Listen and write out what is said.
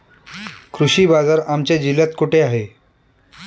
कृषी बाजार आमच्या जिल्ह्यात कुठे आहे?